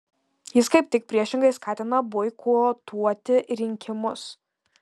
jis kaip tik priešingai skatina boikotuoti rinkimus